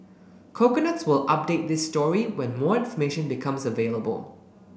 coconuts will update this story when more information becomes available